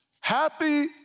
Happy